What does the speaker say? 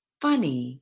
funny